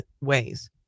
ways